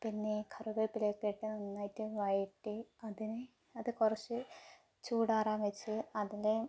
പിന്നെ കറിവേപ്പിലയൊക്കെ ഇട്ട് നന്നായിട്ട് വയറ്റി അതിനെ അത് കുറച്ച് ചൂടാറാൻ വച്ച് അതില്